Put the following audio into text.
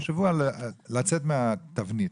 תחשבו על יציאה מהתבנית.